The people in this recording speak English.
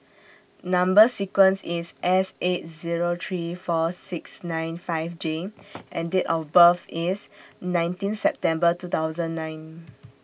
Number sequence IS S eight Zero three four six nine five J and Date of birth IS nineteen September two thousand nine